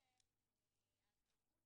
בעצם הסמכות